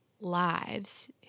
lives